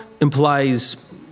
implies